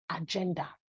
agenda